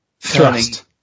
thrust